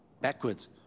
Backwards